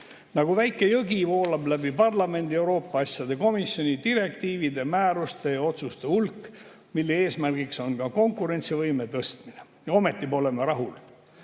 Nagu väike jõgi voolab läbi parlamendi, Euroopa [Liidu] asjade komisjoni direktiivide, määruste ja otsuste hulk, mille eesmärgiks on ka konkurentsivõime tõstmine. Ja ometi pole me rahul.